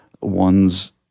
one's